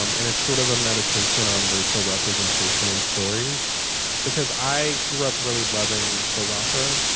um and it's sort of a meditation on racial representation in stories because i grew up really loving soap operas.